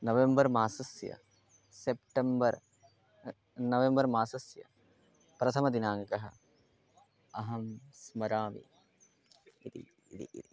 November मासस्य September November मासस्य प्रथमदिनाङ्कः अहं स्मरामि इति इति इति